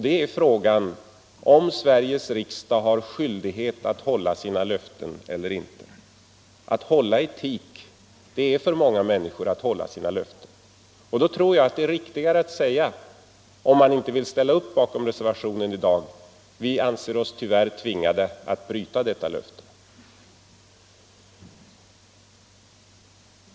Det är frågan huruvida Sveriges riksdag har skyldighet att hålla sina löften eller inte. Etik är för många människor att hålla sina löften. Om man inte vill ställa upp bakom reservationen i dag, så tycker jag det är riktigare att säga att tyvärr anser vi oss tvingade att bryta detta löfte.